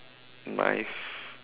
knife